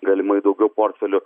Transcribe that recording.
galimai daugiau portfelių